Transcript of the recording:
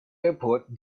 airport